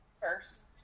first